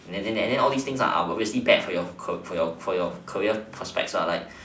and then and then all these things are obviously bad for your career prospects